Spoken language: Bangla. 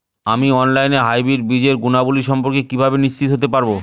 আমি অনলাইনে হাইব্রিড বীজের গুণাবলী সম্পর্কে কিভাবে নিশ্চিত হতে পারব?